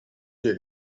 che